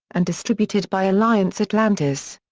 and distributed by alliance atlantis.